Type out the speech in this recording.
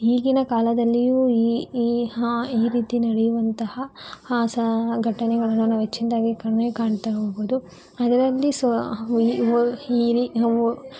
ಈಗಿನ ಕಾಲದಲ್ಲಿಯೂ ಈ ಈ ಈ ರೀತಿ ನಡೆಯುವಂತಹ ಸ ಘಟನೆಗಳನ್ನು ನಾವು ಹೆಚ್ಚಿನದ್ದಾಗಿ ಕಾಣೆ ಕಾಣ್ತಾಹೋಗ್ಬೋದು ಅದರಲ್ಲಿ ಸೊ